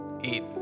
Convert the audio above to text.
eat